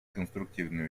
конструктивное